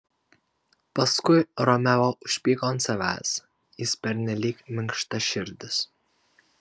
paskui romeo užpyko ant savęs jis pernelyg minkštaširdis